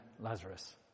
Lazarus